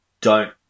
don't-